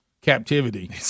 captivity